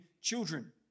children